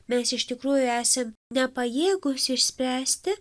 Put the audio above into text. mes iš tikrųjų esam nepajėgūs išspręsti